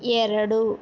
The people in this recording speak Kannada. ಎರಡು